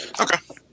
Okay